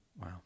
Wow